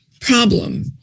problem